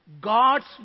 God's